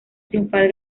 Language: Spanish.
triunfal